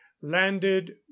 landed